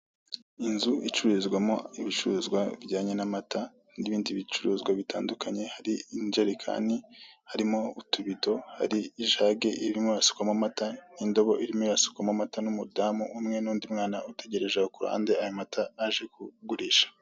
Inzu icururizwamo ibicuruzwa b'ijyanye n'amata n'ibindi bicuruzwa bitandukanye, hari injerekani, harimo utubido hari ijage irimo irasukwamo amata, n'indobo irimo irasukwamo amata, n'umudamu umwe n'undi mwana utegerereje aho kuruhande ayo mata aje kugurisha.